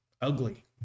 ugly